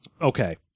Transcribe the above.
Okay